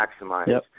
maximize